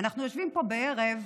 אנחנו יושבים פה בערב,